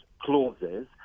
clauses